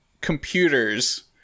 computers